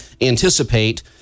anticipate